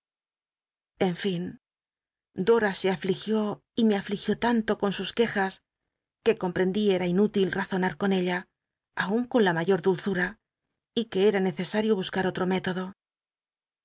en fin dora se afligió y me afligió tanto con sus qu ejas que com prcnrli cra inú til razonm con ella aun con la mayor dulzura y que cra necesario buscar otro método